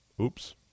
Oops